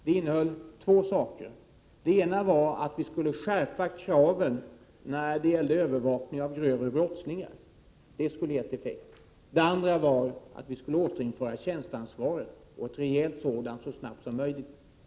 Det innehöll två saker, och det ena var att kraven skulle skärpas när det gällde övervakning av grövre brottslingar, vilket skulle ha gett effekt. Det andra var att tjänsteansvaret — ett reellt sådant — skulle återinföras så snabbt som möjligt.